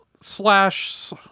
slash